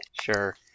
Sure